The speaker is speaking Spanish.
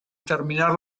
terminar